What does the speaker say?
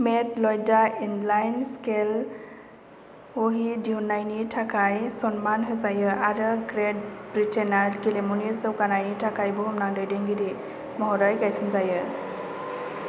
मेट लयडा inline sledge hockey दिहुन्नायनि थाखाय सन्मान होजायो आरो ग्रेट ब्रिटेना गेलेमुनि जौगानायनि थाखाय बुहुमनां दैदेनगिरि महरै नायसनजायो